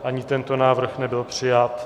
Ani tento návrh nebyl přijat.